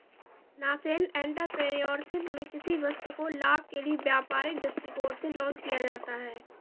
nascent entrepreneurship में किसी वस्तु को लाभ के लिए व्यापारिक दृष्टिकोण से लॉन्च किया जाता है